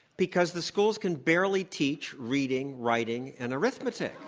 because the schools can barely teach reading, writing and arithmetic.